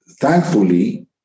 thankfully